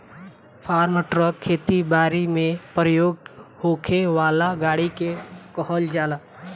form truck खेती बारी में प्रयोग होखे वाला गाड़ी के कहल जाला